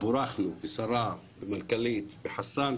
בורכנו בשרה, במנכ"לית, בחסאן,